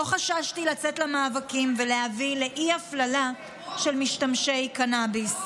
לא חששתי לצאת למאבקים ולהביא לאי-הפללה של משתמשי קנביס.